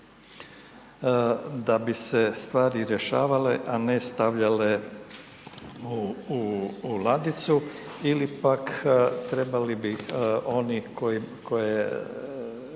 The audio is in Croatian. da bi se stvari rješavale, a ne stavljale u ladicu ili pak trebali bi oni koji